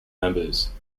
members